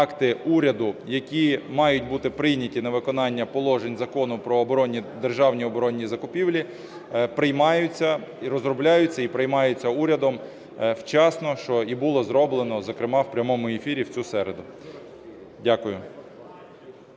акти уряду, які мають бути прийняті на виконання положень Закону про держані оборонні закупівлі, приймаються і розробляються, і приймаються урядом вчасно, що і було зроблено, зокрема, в прямому ефірі в цю середу. Дякую.